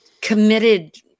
committed